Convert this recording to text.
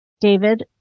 David